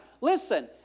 Listen